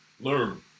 Learn